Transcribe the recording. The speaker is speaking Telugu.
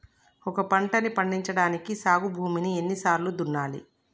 ఒక పంటని పండించడానికి సాగు భూమిని ఎన్ని సార్లు దున్నాలి?